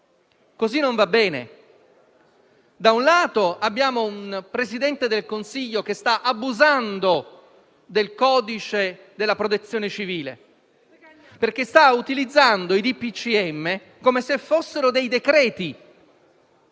Così non va bene. Abbiamo un Presidente del Consiglio che sta abusando del codice della Protezione civile perché, da un lato, sta utilizzando i DPCM come se fossero dei decreti,